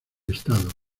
estado